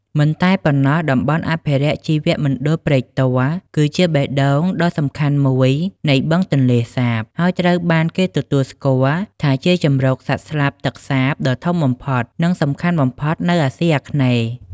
មិនតែប៉ុណ្ណោះតំបន់អភិរក្សជីវមណ្ឌល ព្រែកទាល់ គឺជាបេះដូងដ៏សំខាន់មួយនៃបឹងទន្លេសាប ហើយត្រូវបានគេទទួលស្គាល់ថាជាជម្រកសត្វ ស្លាបទឹកសាបដ៏ធំបំផុត និងសំខាន់បំផុតនៅអាស៊ីអាគ្នេយ៍។